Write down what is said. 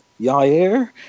Yair